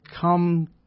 come